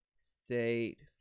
State